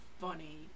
funny